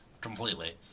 completely